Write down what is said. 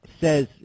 says